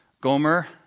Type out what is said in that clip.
Gomer